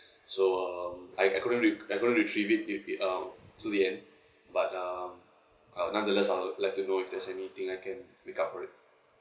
so um I couldn't I couldn't retrieve it till um till the end but um nonetheless I would like to know if there's anything I can make up for it